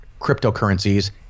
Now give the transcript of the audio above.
cryptocurrencies